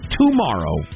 tomorrow